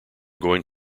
going